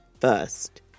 First